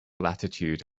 latitude